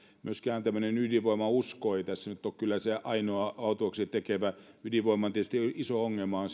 että myöskään tämmöinen ydinvoimausko ei tässä nyt ole kyllä se ainoa autuaaksi tekevä ydinvoiman iso ongelma on